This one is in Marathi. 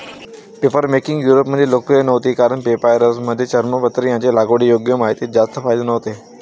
पेपरमेकिंग युरोपमध्ये लोकप्रिय नव्हती कारण पेपायरस आणि चर्मपत्र यांचे लागवडीयोग्य मातीत जास्त फायदे नव्हते